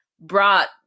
brought